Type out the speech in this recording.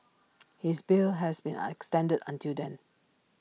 his bail has been extended until then